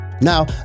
Now